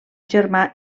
germà